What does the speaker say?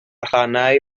rhannau